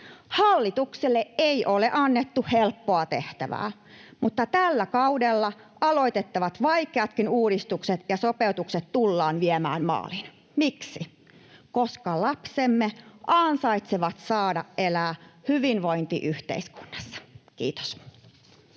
Hallitukselle ei ole annettu helppoa tehtävää, mutta tällä kaudella aloitettavat vaikeatkin uudistukset ja sopeutukset tullaan viemään maaliin. Miksi? Koska lapsemme ansaitsevat saada elää hyvinvointiyhteiskunnassa. — Kiitos.